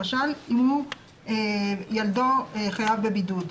למשל, אם ילדו חייב בבידוד.